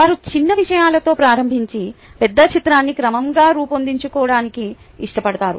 వారు చిన్న విషయాలతో ప్రారంభించి పెద్ద చిత్రాన్ని క్రమంగా రూపొందించడానికి ఇష్టపడతారు